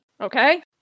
Okay